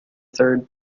third